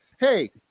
Hey